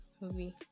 movie